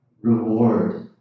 reward